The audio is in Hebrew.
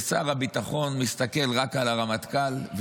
ושר הביטחון מסתכל רק על הרמטכ"ל,